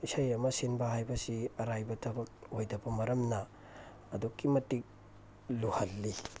ꯏꯁꯩ ꯑꯃ ꯁꯤꯟꯕ ꯍꯥꯏꯕꯁꯤ ꯑꯔꯥꯏꯕ ꯊꯕꯛ ꯑꯣꯏꯗꯕ ꯃꯔꯝꯅ ꯑꯗꯨꯛꯀꯤ ꯃꯇꯤꯛ ꯂꯨꯍꯜꯂꯤ